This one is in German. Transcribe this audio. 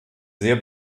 sehr